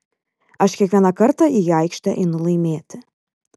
aš kiekvieną kartą į aikštę einu laimėti